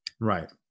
Right